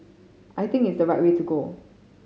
I think it's the right way to go